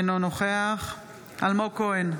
אינו נוכח אלמוג כהן,